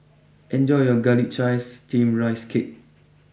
enjoy your Garlic Chives Steamed Rice Cake